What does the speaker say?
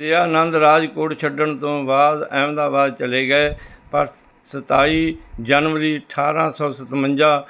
ਦਯਾਨੰਦ ਰਾਜਕੋਟ ਛੱਡਣ ਤੋਂ ਬਾਅਦ ਅਹਿਮਦਾਬਾਦ ਚਲੇ ਗਏ ਪਰ ਸਤਾਈ ਜਨਵਰੀ ਅਠਾਰਾਂ ਸੌ ਸਤਵੰਜਾ